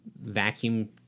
vacuum